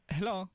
Hello